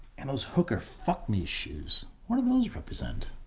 and those hooker, fuck-me shoes? what do those represent?